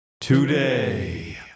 Today